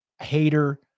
hater